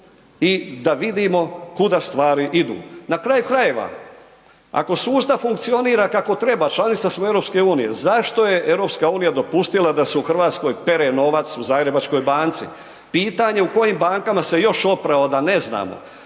i da vidimo kuda stvari idu. Na kraju krajeva, ako sustav funkcionira kako treba, članica smo EU, zašto je EU dopustila da se u Hrvatskoj pere novac u Zagrebačkoj banci? Pitanje u kojim bankama se još oprao, a da ne znamo.